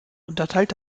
unterteilt